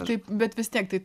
taip bet vis tiek tai